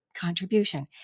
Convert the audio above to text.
contribution